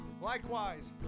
likewise